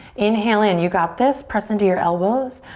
inhale in, you got this. press into your elbows.